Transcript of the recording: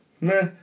nah